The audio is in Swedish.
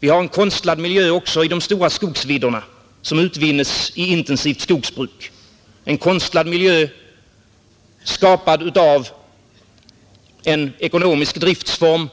Vi har en konstlad miljö också i de stora skogsvidderna, som utvinnes i intensivt skogsbruk — en konstlad miljö skapad av en ekonomisk driftform